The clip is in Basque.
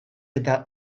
eta